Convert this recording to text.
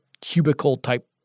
cubicle-type